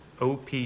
OP